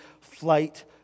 Flight